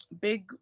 big